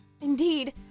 Indeed